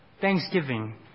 thanksgiving